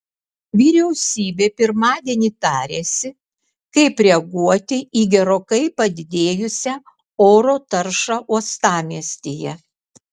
vyriausybė pirmadienį tarėsi kaip reaguoti į gerokai padidėjusią oro taršą uostamiestyje